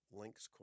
links